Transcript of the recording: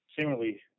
similarly